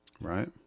right